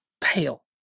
pale